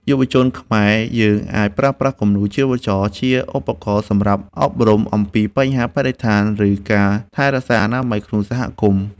យុវជនខ្មែរយើងអាចប្រើប្រាស់គំនូរជីវចលជាឧបករណ៍សម្រាប់អប់រំអំពីបញ្ហាបរិស្ថាន ឬ ការថែរក្សាអនាម័យក្នុងសហគមន៍។